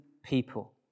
people